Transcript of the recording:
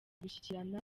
gushyikirana